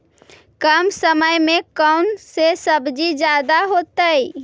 कम समय में कौन से सब्जी ज्यादा होतेई?